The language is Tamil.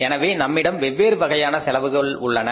எனவே நம்மிடம் வெவ்வேறு வகையான செலவுகள் உள்ளன